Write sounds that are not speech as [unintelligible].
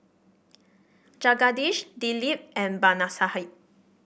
Jagadish Dilip and [unintelligible]